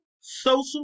social